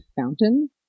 fountain